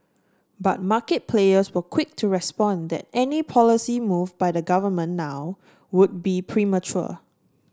but market players were quick to respond that any policy move by the government now would be premature